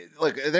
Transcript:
look